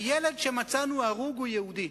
הילד שמצאנו הרוג הוא יהודי".